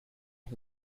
who